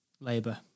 Labour